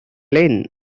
lane